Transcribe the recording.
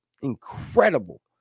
incredible